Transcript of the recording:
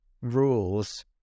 rules